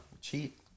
cheat